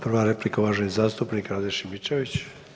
Prva replika uvaženi zastupnik Rade Šimičević.